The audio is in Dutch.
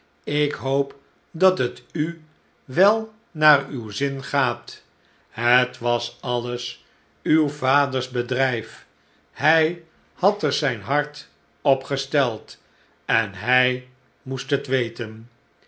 ik hoop dat het u wel naar uw zin gaat het was alles uw vaders bedrijf hij had er zijn hart op gesteld en hij moest het weten